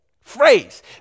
phrase